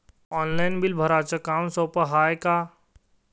Online bill भराच काम सोपं हाय का?